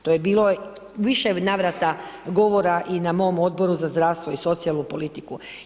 To je bilo u više navrata, govora i na mom Odbora za zdravstvo i socijalnu politiku.